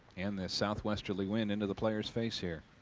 and the south westerly wind into the player's face here,